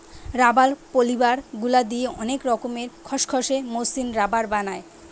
rubber polymer গুলা দিয়ে অনেক রকমের খসখসে, মসৃণ রাবার বানায়